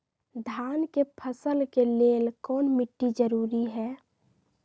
धान के फसल के लेल कौन मिट्टी जरूरी है?